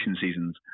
seasons